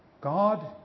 God